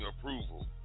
approval